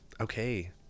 okay